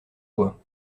joie